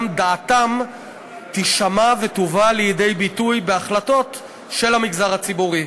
גם דעתם תישמע ותובא לידי ביטוי בהחלטות של המגזר הציבורי.